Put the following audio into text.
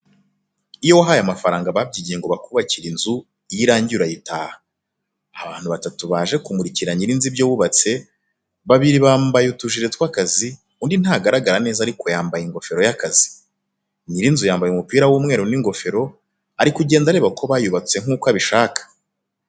Iyo wahaye amafaranga ababyigiye ngo bakubakire inzu, iyo irangiye urayitaha. Abantu batatu baje kumurikira nyir'inzu ibyo bubatse, babiri bambaye utujire tw'akazi, undi ntagaragara neza ariko yambaye ingofero y'akazi, nyir'inzu yambaye umupira w'umweru n'ingofero, ari kugenda areba ko bayubatse nk'uko ashaka.